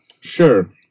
Sure